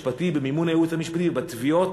במימון הייעוץ המשפטי ובתביעות.